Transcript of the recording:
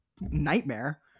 nightmare